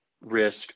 risk